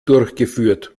durchgeführt